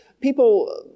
People